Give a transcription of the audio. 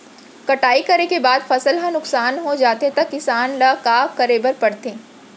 कटाई करे के बाद फसल ह नुकसान हो जाथे त किसान ल का करे बर पढ़थे?